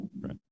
Right